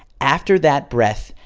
after that breath,